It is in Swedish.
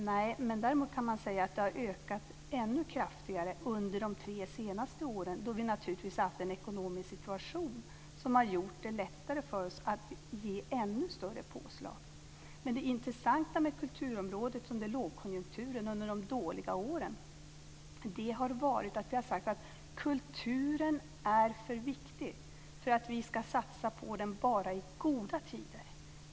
Nej, men däremot kan man säga att de har ökat ännu kraftigare under de tre senaste åren, då vi naturligtvis har haft en ekomisk situation som har gjort det lättare för oss att ge ännu större påslag. Men det intressanta med kulturområdet under lågkonjunkturen, under de dåliga åren, har varit att vi har sagt att kulturen är för viktig för att vi ska satsa på den bara i goda tider.